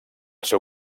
seu